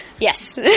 yes